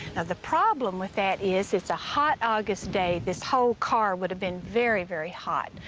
and the problem with that is, it's a hot august day. this whole car would have been very, very hot.